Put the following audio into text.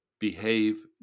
behave